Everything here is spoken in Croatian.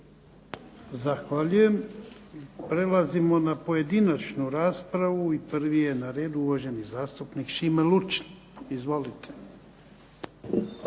Zahvaljujem. Prelazimo na pojedinačnu raspravu. I prvi je na redu uvaženi zastupnik Šime Lučin. Izvolite.